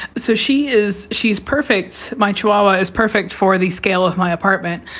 so she is she's perfect. my chihuahua is perfect for the scale of my apartment,